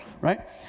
right